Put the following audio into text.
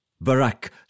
Barak